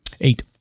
eight